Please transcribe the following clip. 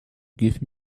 give